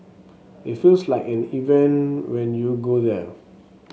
it feels like an event when you go there